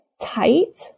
tight